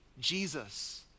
Jesus